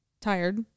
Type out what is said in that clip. tired